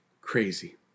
Crazy